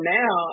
now